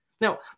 Now